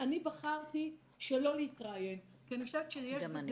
אני בחרתי שלא להתראיין כי אני חושבת שיש בזה